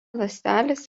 ląstelės